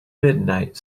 midnight